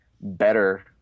better